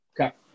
Okay